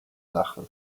lachen